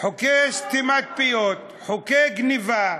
חוקי סתימת פיות, חוקי גנבה,